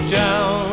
down